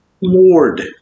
Ward